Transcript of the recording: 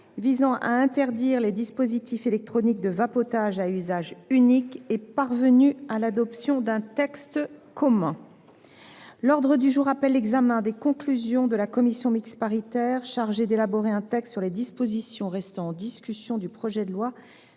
visant à interdire les dispositifs électroniques de vapotage à usage unique est parvenue à l’adoption d’un texte commun. L’ordre du jour appelle l’examen des conclusions de la commission mixte paritaire chargée d’élaborer un texte sur les dispositions restant en discussion du projet de loi